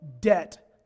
debt